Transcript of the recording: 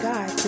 God